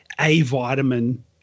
A-vitamin